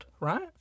right